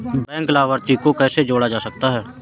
Bank लाभार्थी को कैसे जोड़ा जा सकता है?